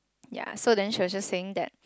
ya so then she was just saying that